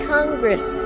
Congress